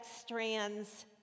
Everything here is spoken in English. strands